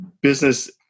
business